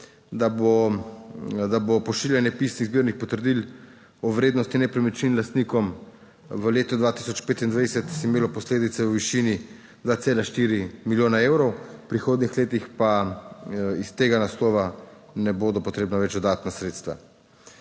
da bo pošiljanje pisnih zbirnih potrdil o vrednosti nepremičnin lastnikom v letu 2025 imelo posledice v višini 2,4 milijona evrov, v prihodnjih letih pa iz tega naslova ne bodo potrebna več dodatna sredstva.